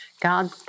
God